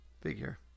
figure